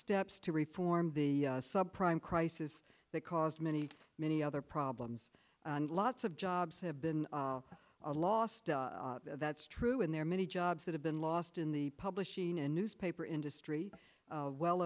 steps to reform the subprime crisis that caused many many other problems lots of jobs have been lost that's true and there are many jobs that have been lost in the publishing a newspaper industry well